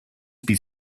bis